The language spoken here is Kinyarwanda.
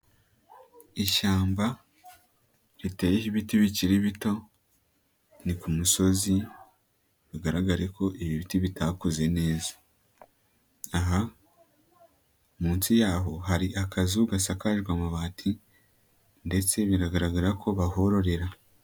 Ishyamba riteye ibiti bikiri bito, ni ku musozi bigaragare ko ibi biti bitakuze neza. Aha munsi yaho hari akazu gasakajwe amabati ndetse biragaragara ko bahororera.